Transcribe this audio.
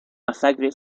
masacre